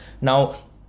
Now